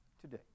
today